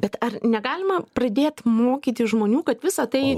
bet ar negalima pradėt mokyti žmonių kad visa tai